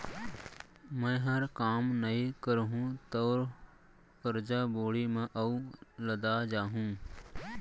मैंहर काम नइ करहूँ तौ करजा बोड़ी म अउ लदा जाहूँ